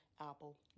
Apple